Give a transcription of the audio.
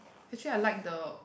actually I like the